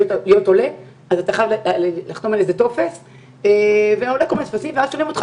אז אתה חייב לחתום על איזה שהוא טופס ואז שואלים אותך